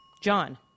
John